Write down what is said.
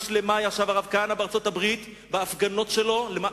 הרב כהנא ישב בכלא בארצות-הברית שנה שלמה